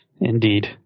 Indeed